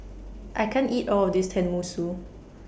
I can't eat All of This Tenmusu